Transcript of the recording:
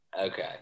Okay